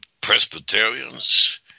Presbyterians